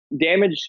damage